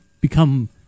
become